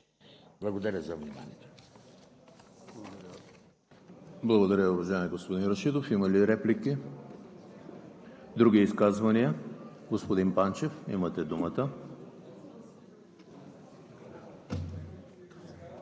Благодаря за вниманието.